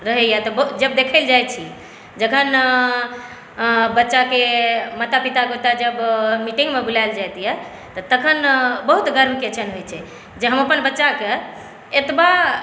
रहै यऽ तऽ बहुत जब देख़य लए जाइ छी जखन बच्चाके माता पिताके ओतऽ जब मीटिंगमे बुलायल जाइत यऽ तखन बहुत गर्वके क्षण होइ छै जे हम अपन बच्चाके एतबा